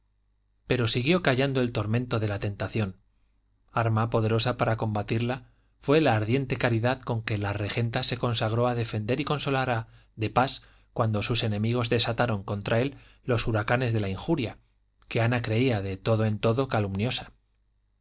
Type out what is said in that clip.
pero siguió callando el tormento de la tentación arma poderosa para combatirla fue la ardiente caridad con que la regenta se consagró a defender y consolar a de pas cuando sus enemigos desataron contra él los huracanes de la injuria que ana creía de todo en todo calumniosa